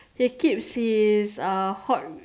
he keeps his uh hot